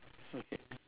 ya